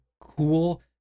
cool